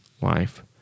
life